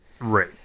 Right